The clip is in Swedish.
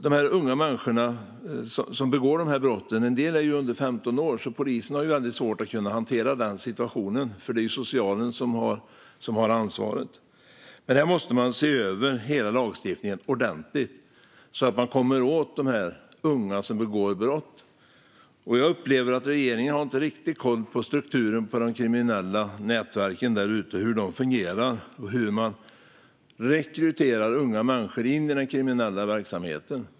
Det är unga människor som begår dessa brott. En del är under 15 år. Polisen har väldigt svårt att hantera den situationen, för det är socialen som har ansvaret. Man måste se över hela lagstiftningen ordentligt, så att man kommer åt de unga som begår brott. Jag upplever att regeringen inte riktigt har koll på strukturen på de kriminella nätverken, hur de fungerar och hur man rekryterar unga människor till den kriminella verksamheten.